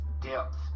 depth